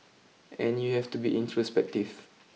and you have to be introspective